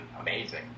amazing